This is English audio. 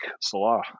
salah